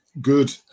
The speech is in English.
good